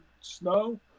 snow